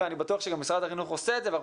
ואני בטוח שגם משרד החינוך עושה את זה ואנחנו